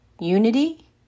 unity